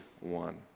one